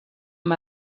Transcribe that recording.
amb